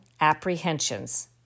apprehensions